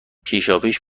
پیشاپیش